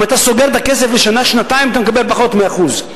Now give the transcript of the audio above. אם אתה סוגר את הכסף לשנה-שנתיים אתה מקבל פחות מ-1%.